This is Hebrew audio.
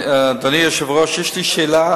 אדוני היושב-ראש, יש לי שאלה